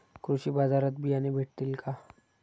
कृषी बाजारात बियाणे भेटतील का?